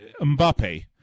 Mbappe